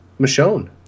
Michonne